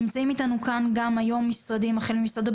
נמצאים איתנו כאן גם היום משרד הבטחון,